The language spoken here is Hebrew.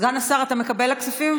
סגן השר, אתה מקבל לכספים?